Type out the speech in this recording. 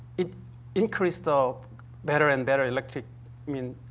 it increase the better and better electric i mean,